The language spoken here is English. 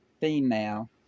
female